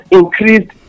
increased